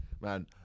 man